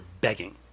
begging